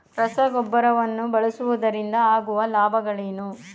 ರಸಗೊಬ್ಬರವನ್ನು ಬಳಸುವುದರಿಂದ ಆಗುವ ಲಾಭಗಳೇನು?